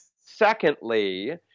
secondly